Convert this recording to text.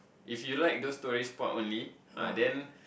if you like those tourist spot only ah then